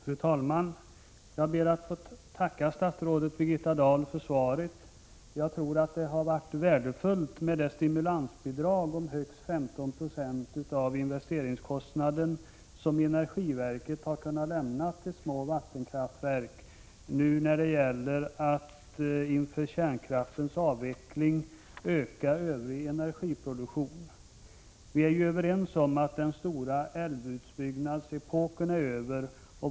Fru talman! Jag ber att få tacka statsrådet Birgitta Dahl för svaret. Jag tror att det har varit värdefullt med det stimulansbidrag på högst 15 90 av investeringskostnaden som energiverket har kunnat lämna till små vattenkraftverk när det gäller att inför kärnkraftens avveckling öka övrig energiproduktion. Vi är ju överens om att den stora älvutbyggnadsepoken är över.